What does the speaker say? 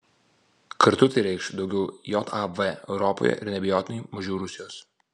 kartu tai reikš daugiau jav europoje ir neabejotinai mažiau rusijos